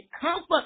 comfort